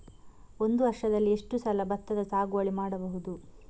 ಒಂದು ವರ್ಷದಲ್ಲಿ ಎಷ್ಟು ಸಲ ಭತ್ತದ ಸಾಗುವಳಿ ಮಾಡಬಹುದು?